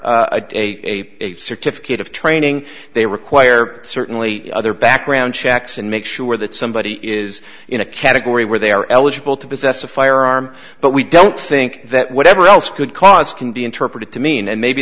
require a certificate of training they require certainly other background checks and make sure that somebody is in a category where they are eligible to possess a firearm but we don't think that whatever else good cause can be interpreted to mean and maybe